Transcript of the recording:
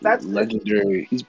legendary